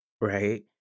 right